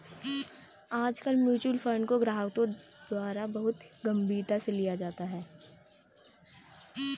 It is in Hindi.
आजकल म्युच्युअल फंड को ग्राहकों के द्वारा बहुत ही गम्भीरता से लिया जाता है